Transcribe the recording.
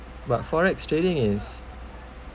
but forex trading is